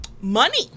Money